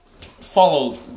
follow